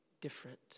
different